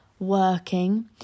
Working